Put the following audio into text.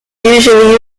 usually